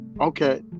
Okay